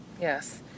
Yes